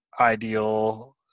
ideal